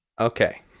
Okay